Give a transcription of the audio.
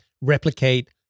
replicate